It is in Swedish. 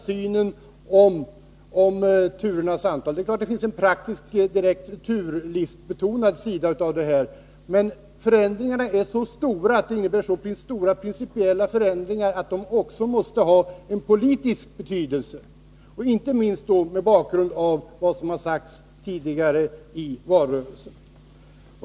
Det är klart att det finns en praktisk sida, men förändringarna är så stora att de också måste ha en politisk betydelse — inte minst mot bakgrund av vad som har sagts tidigare, i valrörelsen.